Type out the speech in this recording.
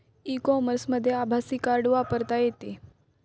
E कॉमर्समध्ये आभासी card वापरता येते